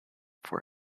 for